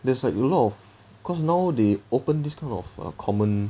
there's like a lot of cause now they open this kind of eh common